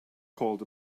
called